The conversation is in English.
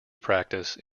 practice